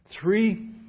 three